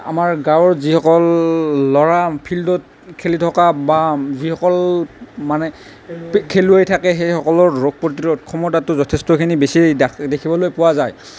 আমাৰ গাঁৱৰ যিসকল ল'ৰা ফিল্ডত খেলি থকা বা যিসকল মানে খেলুৱৈ থাকে সেইসকলৰ ৰোগ প্ৰতিৰোধ ক্ষমতাটো যথেষ্ঠখিনি বেছি দেখি দেখিবলৈ পোৱা যায়